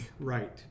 Right